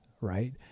right